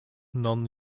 non